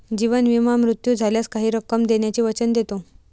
जीवन विमा मृत्यू झाल्यास काही रक्कम देण्याचे वचन देतो